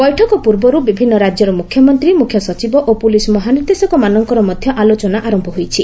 ବୈଠକ ପୂର୍ବରୁ ବିଭିନ୍ନ ରାଜ୍ୟର ମୁଖ୍ୟମନ୍ତ୍ରୀ ମୁଖ୍ୟ ସଚିବ ଓ ପୁଲିସ୍ ମହାନିର୍ଦ୍ଦେଶକମାନଙ୍କର ମଧ୍ୟ ଆଲୋଚନା ଆରମ୍ଭ ହୋଇଛି